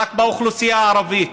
רק באוכלוסייה הערבית,